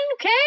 Okay